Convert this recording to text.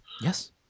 Yes